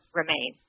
remain